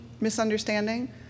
misunderstanding